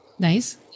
Nice